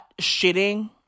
shitting